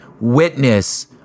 witness